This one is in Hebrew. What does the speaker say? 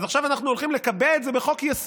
אז עכשיו אנחנו הולכים לקבע את זה בחוק-יסוד,